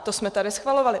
To jsme tady schvalovali.